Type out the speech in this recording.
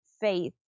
faith